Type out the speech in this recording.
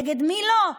נגד מי לא?